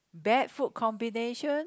bad food combination